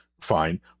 fine